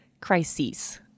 crises